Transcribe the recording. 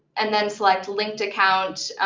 and then select linked account.